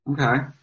Okay